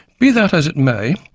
be that as it may,